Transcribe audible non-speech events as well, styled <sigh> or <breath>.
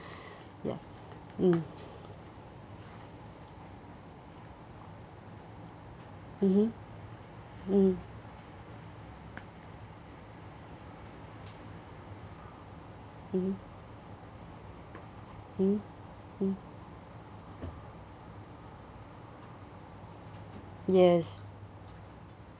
<breath> ya mm mmhmm mmhmm mmhmm mm yes